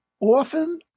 often